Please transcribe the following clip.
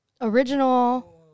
Original